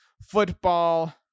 football